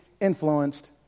influenced